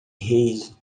rage